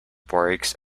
parks